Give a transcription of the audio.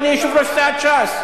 אדוני יושב-ראש סיעת ש"ס?